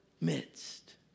midst